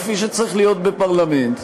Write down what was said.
כפי שצריך להיות בפרלמנט.